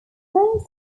first